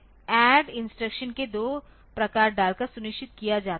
तो यह ADD instruction के 2 प्रकार डालकर सुनिश्चित किया जाता है